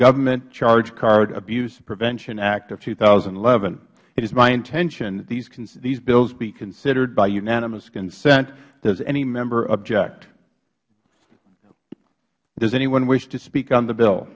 government charge card abuse prevention act of two thousand and eleven it is my intention these bills be considered by unanimous consent does any member object does anyone wish to speak on the bill